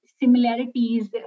Similarities